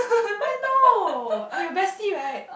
why no I'm your bestie right